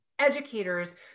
Educators